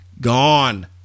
Gone